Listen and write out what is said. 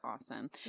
awesome